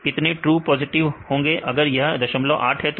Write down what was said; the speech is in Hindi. कितने ट्रू पॉजिटिव होंगे अगर यह 08 है तो